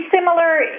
similar